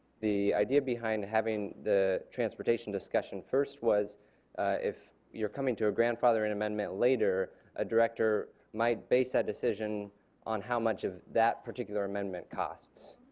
the idea behind having the transportation discussion first was if you were coming to a grandfathering amendment later a director might base that decision on how much of that particular amendment costs.